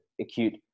acute